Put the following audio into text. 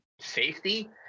safety